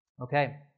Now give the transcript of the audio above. Okay